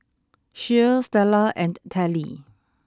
Shea Stella and Telly